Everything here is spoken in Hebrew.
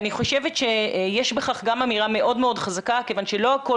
אני חושבת שיש בכך אמירה גם מאוד מאוד חזקה כיוון שלא הכול